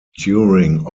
during